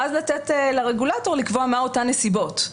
ואז לתת לרגולטור לקבוע מהן אותן נסיבות.